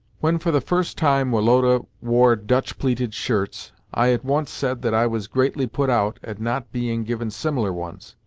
when for the first time woloda wore dutch pleated shirts, i at once said that i was greatly put out at not being given similar ones,